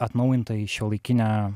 atnaujinta į šiuolaikinę